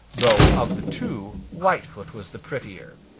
though of the two whitefoot was the prettier.